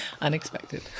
Unexpected